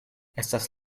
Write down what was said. estas